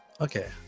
Okay